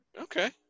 Okay